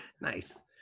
nice